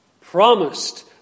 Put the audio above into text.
promised